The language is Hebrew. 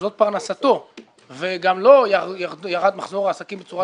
שזאת פרנסתו וגם לא ירד מחזור העסקים בצורה דרמטית?